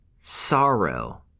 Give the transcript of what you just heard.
sorrow